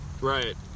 right